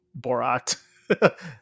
Borat